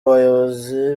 ubuyobozi